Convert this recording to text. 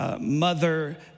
mother